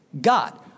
God